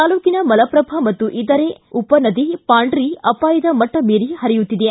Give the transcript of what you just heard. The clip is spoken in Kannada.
ತಾಲೂಕಿನ ಮಲಪ್ರಭಾ ಹಾಗೂ ಇದರ ಉಪನದಿ ಪಾಂಡ್ರಿ ಅಪಾಯದ ಮಟ್ಟ ಮೀರಿ ಪರಿಯುತ್ತಿದೆ